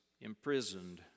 imprisoned